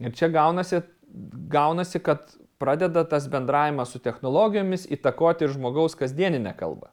ir čia gaunasi gaunasi kad pradeda tas bendravimas su technologijomis įtakot ir žmogaus kasdieninę kalbą